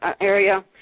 Area